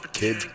kid